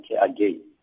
again